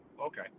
Okay